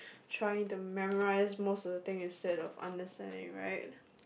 trying to memorize most of the thing instead of understanding right